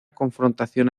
confrontación